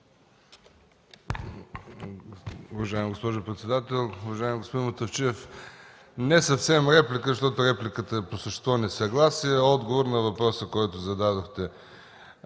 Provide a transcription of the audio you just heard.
Уважаема госпожо председател, уважаеми господин Мутафчиев, не съвсем реплика, защото репликата по същество е несъгласие, а отговор на въпроса, който зададохте.